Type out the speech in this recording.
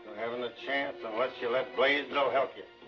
haven't a chance unless you let blaisdell ah help you.